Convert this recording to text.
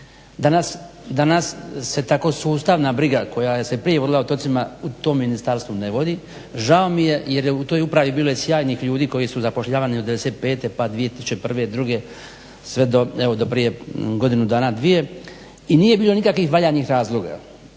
Danas se tako sustavna briga koja se prije vodila o otocima u tom ministarstvu ne vodi. Žao mi je jer je u toj upravi bilo sjajnih ljudi koji su zapošljavani od 95. pa do 2001., 2002. sve do evo do prije godinu dana, dvije i nije bilo nikakvih valjanih razloga.